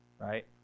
Right